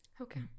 okay